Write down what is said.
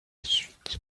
suite